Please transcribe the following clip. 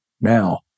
Now